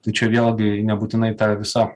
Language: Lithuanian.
tai čia vėlgi nebūtinai ta visa